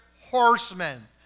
horsemen